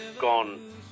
gone